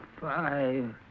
Five